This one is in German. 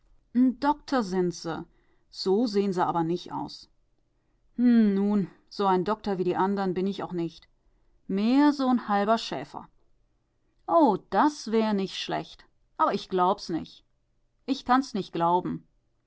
doktor sind se so sehn se aber nich aus hm nun so ein doktor wie die andern bin ich auch nicht mehr so n halber schäfer oh das wär nich schlecht aber ich glaub's nich ich kann's nich glauben